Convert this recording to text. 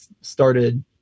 started